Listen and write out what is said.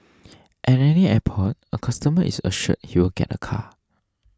at any airport a customer is assured he will get a car